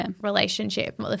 relationship